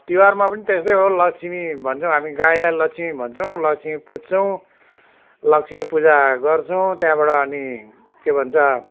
तिहारमा पनि त्यस्तै हो लक्ष्मी भन्छौँ हामी गाईलाई लक्ष्मी भन्छौँ लक्ष्मी पुज्छौँ लक्ष्मी पूजा गर्छौँ त्यहाँबाट अनि के भन्छ